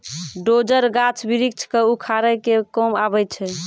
dozer, गाछ वृक्ष क उखाड़े के काम आवै छै